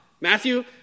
Matthew